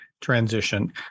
transition